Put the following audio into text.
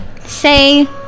Say